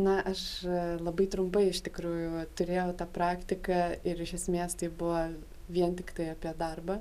na aš labai trumpai iš tikrųjų turėjau tą praktiką ir iš esmės tai buvo vien tiktai apie darbą